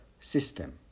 system